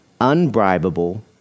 unbribable